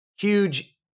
huge